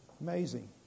amazing